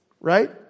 right